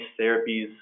therapies